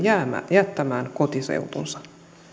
jättämään kotiseutunsa